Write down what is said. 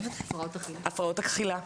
הפרעות אכילה,